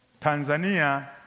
Tanzania